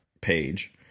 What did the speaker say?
page